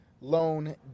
loan